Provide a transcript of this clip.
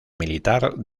militar